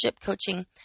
coaching